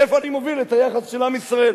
לאיפה אני מוביל את היחס של עם ישראל.